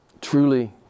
truly